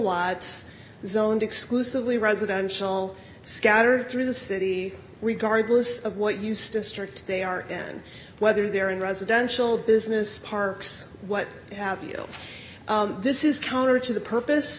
lives zoned exclusively residential scattered through the city regardless of what use district they are and whether they're in residential business parks what have you this is counter to the purpose